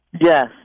Yes